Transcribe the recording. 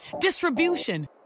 distribution